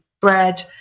bread